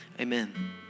Amen